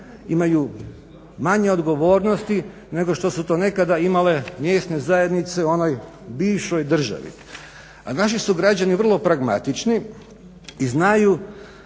imaju manje odgovornosti nego što su to nekada imale mjesne zajednice u onoj bivšoj državi. A naši su građani vrlo pragmatični i znaju